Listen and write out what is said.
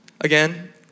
again